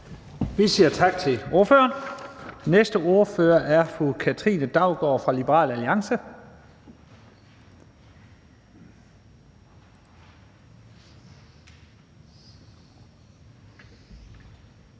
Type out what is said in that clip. Vi siger tak til ordføreren. Næste ordfører er fru Katrine Daugaard fra Liberal Alliance.